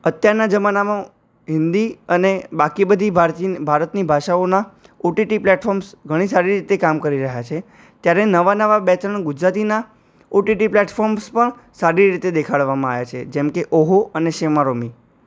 અત્યારના જમાનામાં હિન્દી અને બાકી બધી ભારતી ભારતની ભાષાઓનાં ઓટીટી પ્લેટફોર્મ્સ ઘણી સારી રીતે કામ કરી રહ્યાં છે ત્યારે નવાં નવાં બે ત્રણ ગુજરાતીનાં ઓટીટી પ્લેટફોર્મ્સ પણ સારી રીતે દેખાડવામાં આવ્યાં છે જેમકે ઓહો અને શેમારોમી